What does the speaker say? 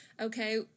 okay